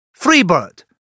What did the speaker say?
Freebird